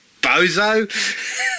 bozo